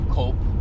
cope